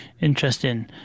Interesting